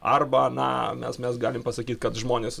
arba na mes mes galim pasakyt kad žmonės